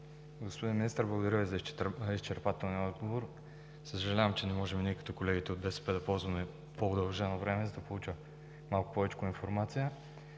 Господин Министър, благодаря Ви за изчерпателния отговор. Съжалявам, че не можем и ние като колегите от БСП да ползваме по-удължено време, за да получим малко повече информация.